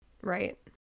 Right